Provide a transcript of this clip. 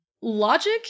logic